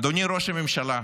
אדוני ראש הממשלה,